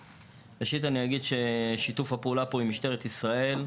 ראשית, אני אגיד ששיתוף הפעולה עם משטרת ישראל,